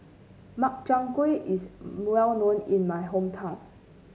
Makchang Gui is well known in my hometown